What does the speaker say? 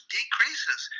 decreases